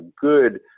good